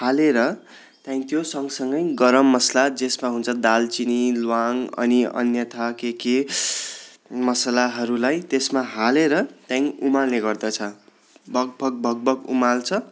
हालेर त्यहाँदेखिन् त्यो सँगसँगै गरम मसला जसमा हुन्छ दालचिनी ल्वाङ अनि अन्यथा के के मसलाहरूलाई त्यसमा हालेर त्यहाँदेखिन् उमाल्ने गर्दछ भकभक भकभक उमाल्छ